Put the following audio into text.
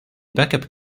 backup